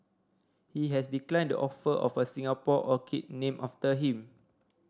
he has declined the offer of a Singapore orchid named after him